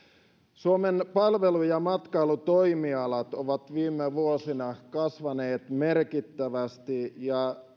suomen palvelu ja matkailutoimialat ovat viime vuosina kasvaneet merkittävästi ja